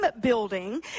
building